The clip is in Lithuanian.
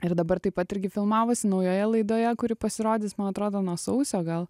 ir dabar taip pat irgi filmavosi naujoje laidoje kuri pasirodys man atrodo nuo sausio gal